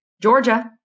Georgia